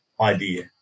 idea